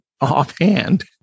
offhand